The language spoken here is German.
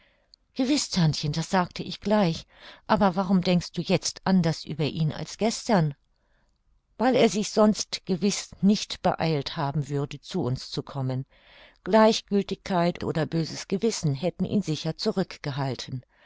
tantchen das sagte ich gleich aber warum denkst du jetzt anders über ihn als gestern weil er sich sonst gewiß nicht beeilt haben würde zu uns zu kommen gleichgültigkeit oder böses gewissen hätten ihn sicher